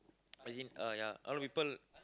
as in uh ya a lot people